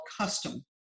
custom